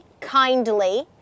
kindly